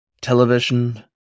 Television